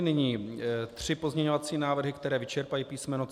Nyní tři pozměňovací návrhy, které vyčerpají písmeno C.